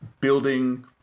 building